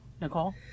Nicole